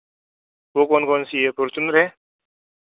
वह कौन कौनसी है फॉर्चूनर है